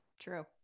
True